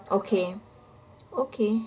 okay okay